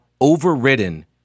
overridden